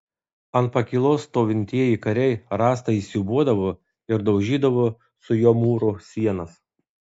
ant pakylos stovintieji kariai rąstą įsiūbuodavo ir daužydavo su juo mūro sienas